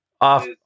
off